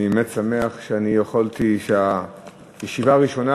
אני באמת שמח שהישיבה הראשונה,